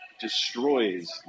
destroys